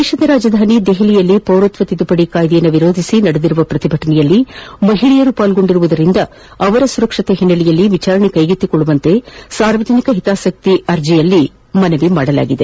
ದೇಶದ ರಾಜಧಾನಿ ದೆಹಲಿಯಲ್ಲಿ ಪೌರತ್ಯ ತಿದ್ದುಪದಿ ಕಾಯ್ದೆ ವಿರೋಧಿಸಿ ನಡೆಸುತ್ತಿರುವ ಪ್ರತಿಭಟನೆಯಲ್ಲಿ ಮಹಿಳೆಯರು ಪಾಲ್ಗೊಂಡಿರುವುದರಿಂದ ಅವರ ಸುರಕ್ಷತೆ ಹಿನ್ನೆಲೆಯಲ್ಲಿ ವಿಚಾರಣೆ ಕೈಗೆತ್ತಿಕೊಳ್ಳುವಂತೆ ಸಾರ್ವಜನಿಕ ಹಿತಾಸಕ್ತಿ ರಿಟ್ ಅರ್ಜಿ ಸಲ್ಲಿಸಲಾಗಿದೆ